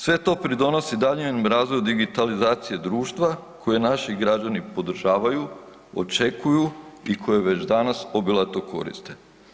Sve to pridonosi daljnjem razvoju digitalizacije društva koje naši građani podržavaju, očekuju i koje već danas obilato koriste.